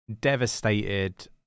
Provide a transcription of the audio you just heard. devastated